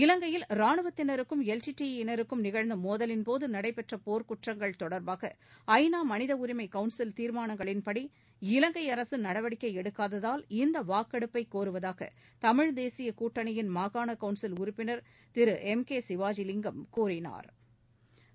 இலங்கையில் ரானுவத்தினருக்கும் L T T E யினருக்கும் நிகழ்ந்த மோதலின்போது நடைபெற்ற போர்க்குற்றங்கள் தொடர்பாக ஐ நா மனித உரிமை கவுன்சில் தீர்மானங்களின்படி இலங்கை அரசு நடவடிக்கை எடுக்காததால் இந்த வாக்கெடுப்பை கோருவதாக தமிழ் தேசிய கூட்டணியின் மாகாண கவுன்சில் உறுப்பினா் திரு எம் கே சிவாஜிலிங்கம் கூறினாா்